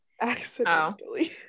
Accidentally